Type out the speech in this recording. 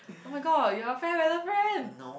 oh my god you are fair weather friend